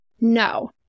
no